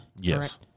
Yes